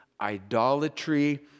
idolatry